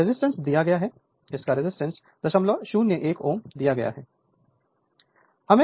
इसका रजिस्टेंस दिया गया है इसका रेजिस्टेंस 001 Ω दिया गया है